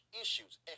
issues